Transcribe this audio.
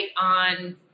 on